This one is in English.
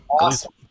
awesome